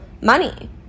money